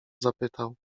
zapytał